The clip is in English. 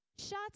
shut